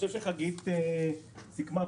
שחגית סיכמה,